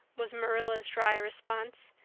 was marilla's dry response,